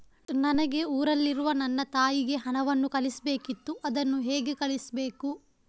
ನನಗೆ ಊರಲ್ಲಿರುವ ನನ್ನ ತಾಯಿಗೆ ಹಣವನ್ನು ಕಳಿಸ್ಬೇಕಿತ್ತು, ಅದನ್ನು ಹೇಗೆ ಕಳಿಸ್ಬೇಕು?